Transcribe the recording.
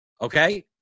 Okay